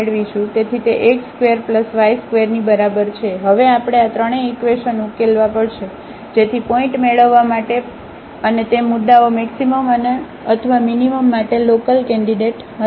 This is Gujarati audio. તેથી હવે આપણે આ ત્રણેય ઇકવેશન ઉકેલવા પડશે જેથી પોઈન્ટ મેળવવા માટે પોઈન્ટ મેળવવા માટે અને તે મુદ્દાઓ મેક્સિમમ અથવા મીનીમમ માટે લોકલ કેન્ડિડેટ હશે